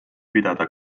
pidada